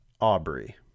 Aubrey